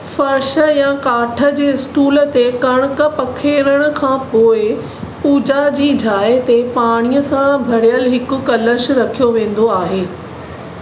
फ़र्श या काठ जे स्टूल ते कणिक पखेड़णु खां पोइ पूजा जी जाइ ते पाणीअ सां भरियलु हिकु कलशु रखियो वेंदो आहे